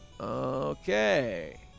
Okay